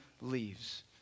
leaves